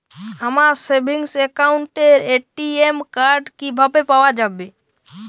আমার সেভিংস অ্যাকাউন্টের ATM card কিভাবে পাওয়া যাবে?